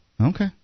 Okay